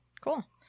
cool